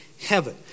heaven